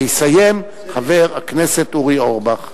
ויסיים חבר הכנסת אורי אורבך.